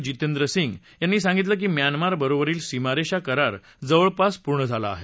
जितेंद्र सिंग यांनी सांगितलं की म्यानमार बरोबरील सीमारेषा करार जवळपास पूर्ण झाला आहे